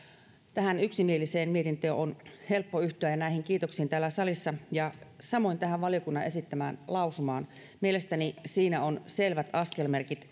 tähän yksimieliseen mietintöön ja näihin kiitoksiin täällä salissa ja samoin tähän valiokunnan esittämään lausumaan on helppo yhtyä mielestäni siinä on selvät askelmerkit